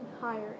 higher